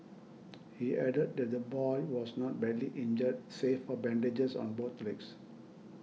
he added that the boy was not badly injured save for bandages on both legs